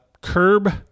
curb